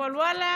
אבל ואללה,